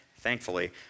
Thankfully